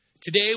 Today